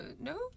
No